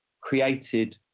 created